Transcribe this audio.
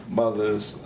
mothers